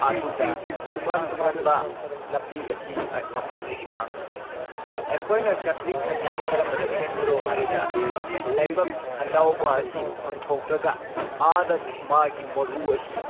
ꯑꯗꯨꯒ ꯇꯣꯡꯉꯥꯟ ꯇꯣꯡꯉꯥꯟꯕ ꯅꯥꯄꯤ ꯑꯁꯤ ꯃꯄꯥꯟꯗꯒꯤ ꯐꯪꯕꯅꯤ ꯑꯩꯈꯣꯏꯅ ꯁꯦꯞꯄ꯭ꯂꯤꯡ ꯑꯁꯤ ꯀꯔꯝ ꯍꯥꯏꯅ ꯁꯦꯝꯕꯅꯣ ꯍꯥꯏꯔꯒ ꯂꯩꯕꯥꯛ ꯑꯅꯧꯕ ꯑꯁꯤ ꯈꯨꯟꯇꯣꯛꯂꯒ ꯑꯥꯗ ꯃꯥꯒꯤ ꯃꯔꯨ ꯑꯁꯤ